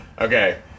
Okay